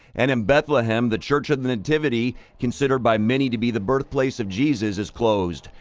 and in bethlehem, the church of the nativity considered by many to be the birthplace of jesus is closed.